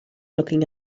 looking